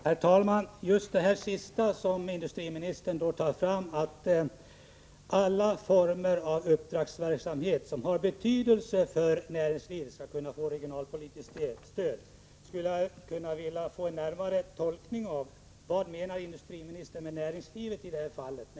Herr talman! Vad industriministern sade i sitt senaste inlägg — att alla former av uppdragsverksamhet som har betydelse för näringslivet skall kunna få regionalpolitiskt stöd — skulle jag vilja få en närmare tolkning av. Vad menar industriministern med näringslivet i det här fallet?